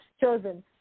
chosen